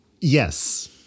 Yes